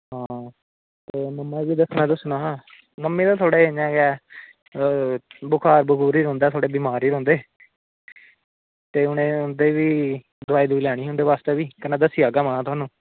हां ते मम्मा बी दस्सना दुस्सना हा मम्मी ते थोह्ड़े इ'यां गै ऐं बुखार बुखूर ही रौंह्दा थोह्ड़े बमार गै रौंह्दे ते उं'दे दोआई दवुई लैनी ही उं'दे बास्तै कन्नै महां दस्सी औंग तुआनूं